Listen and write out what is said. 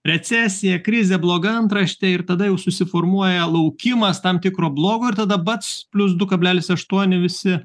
recesija krizė bloga antraštė ir tada jau susiformuoja laukimas tam tikro blogo ir tada bac plius du kablelis aštuoni visi